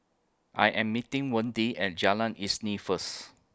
I Am meeting Wende At Jalan Isnin First